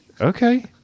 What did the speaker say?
okay